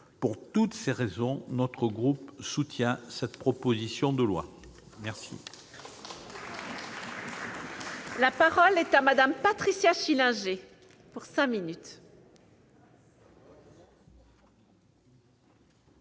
Pour toutes ces raisons, notre groupe soutient cette proposition de loi. La parole est à Mme Patricia Schillinger. Madame